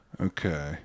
Okay